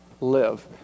live